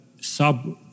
sub